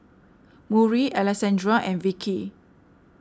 Murry Alexandra and Vickie